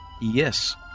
Yes